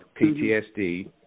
PTSD